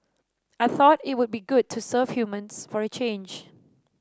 I thought it would be good to serve humans for a change